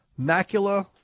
Macula